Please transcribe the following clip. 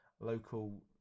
local